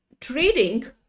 trading